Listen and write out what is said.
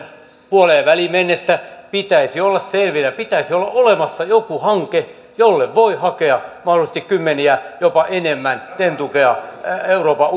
puoleenväliin mennessä pitäisi olla selvillä pitäisi olla olemassa joku hanke jolle voi hakea mahdollisesti kymmeniä miljoonia jopa enemmän ten t tukea euroopan